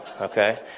okay